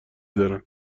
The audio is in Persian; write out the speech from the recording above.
دارن